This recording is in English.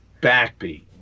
backbeat